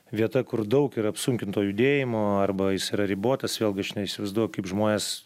vieta kur daug ir apsunkinto judėjimo arba jis yra ribotas vėlgi aš neįsivaizduoju kaip žmonės